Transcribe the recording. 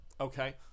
Okay